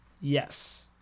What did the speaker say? Yes